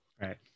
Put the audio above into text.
Right